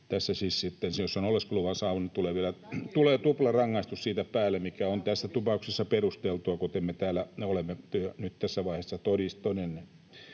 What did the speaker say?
Tässä siis on se, että jos on oleskeluvan saanut, tulee vielä tuplarangaistus siitä päälle, mikä on tässä tapauksessa perusteltua, kuten me täällä olemme nyt tässä vaiheessa todenneet.